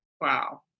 wow